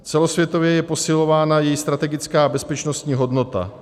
Celosvětově je posilována její strategická a bezpečnostní hodnota.